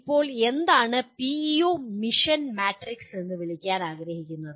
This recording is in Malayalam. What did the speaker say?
ഇപ്പോൾ നമ്മൾ എന്താണ് പിഇഒ മിഷൻ മാട്രിക്സ് എന്ന് വിളിക്കാൻ ആഗ്രഹിക്കുന്നുത്